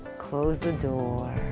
close the door.